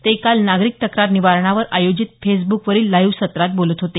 ते काल नागरिक तक्रार निवारणावर आयोजित फेसबुकवरील लाईव्ह सत्रात बोलत होते